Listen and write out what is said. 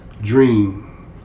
dream